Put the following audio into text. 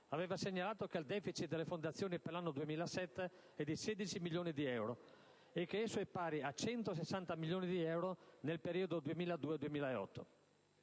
aveva segnalato che il deficit delle fondazioni per l'anno 2007 è di 16 milioni di euro e che esso è pari a 160 milioni di euro relativamente al periodo 2002-2008.